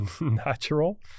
natural